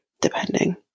depending